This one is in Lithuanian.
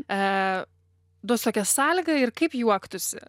e duosiu tokią sąlygą ir kaip juoktųsi